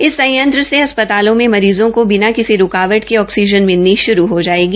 इस संयंत्र से अस्पतालों मरीज़ों को बिना रूकावट के ऑकसीजन मिलनी शुरू हो जायेगा